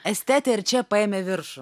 estetė ir čia paėmė viršų